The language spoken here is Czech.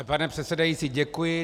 Pane předsedající, děkuji.